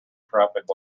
traffic